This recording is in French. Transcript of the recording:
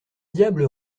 diable